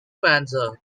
panza